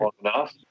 enough